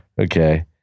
Okay